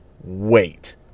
wait